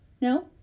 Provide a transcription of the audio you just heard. No